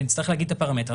ונצטרך להגיד את הפרמטר.